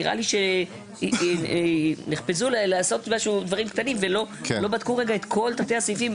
נראה לי שנחפזו לעשות דברים קטנים ולא בדקו רגע את כל תתי הסעיפים,